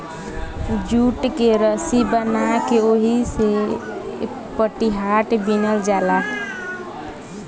jute के रसी बना के ओहिसे पटिहाट बिनल जाला